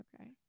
okay